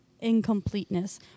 incompleteness